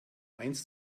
eins